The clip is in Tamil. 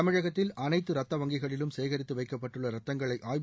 தமிழகத்தில் அனைத்து ரத்த வங்கிகளிலும் சேகரித்து வைக்கப்பட்டுள்ள ரத்தங்களை ஆய்வு